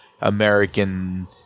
American